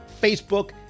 Facebook